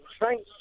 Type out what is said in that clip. thanks